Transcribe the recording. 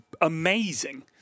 amazing